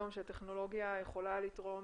כדי להימנע ככל האפשר מלאסוף נתונים על הנהג.